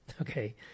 okay